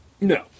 No